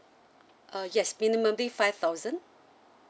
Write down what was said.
uh yes minimally five thousand